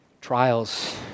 trials